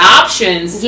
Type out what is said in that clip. options